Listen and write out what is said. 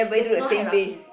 there's no hierarchy